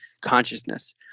consciousness